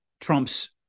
Trump's